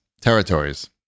Territories